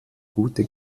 gute